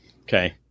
Okay